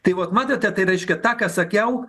tai vat matote tai reiškia tą ką sakiau